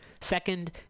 second